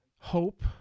hope